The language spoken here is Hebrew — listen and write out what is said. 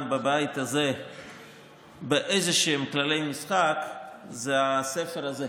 בבית הזה באיזשהם כללי משחק זה הספר הזה,